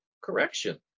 correction